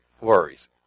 worries